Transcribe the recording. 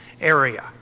area